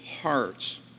hearts